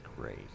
Great